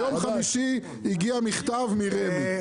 ביום חמישי הגיע מכתב מרמ"י.